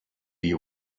you